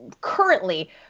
currently